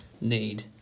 need